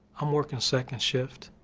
i'm working second shift,